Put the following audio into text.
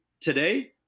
Today